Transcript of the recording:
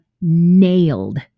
nailed